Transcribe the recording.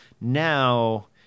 Now